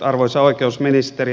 arvoisa oikeusministeri